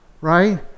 Right